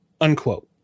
unquote